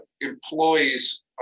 employees